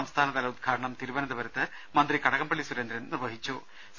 സംസ്ഥാനതല ഉദ്ഘാ ടനം തിരുവനന്തപുരത്ത് മന്ത്രി കടകംപള്ളി സുരേന്ദ്രൻ നിർവഹിക്കും